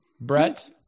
Brett